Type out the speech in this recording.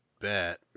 bet